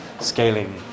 scaling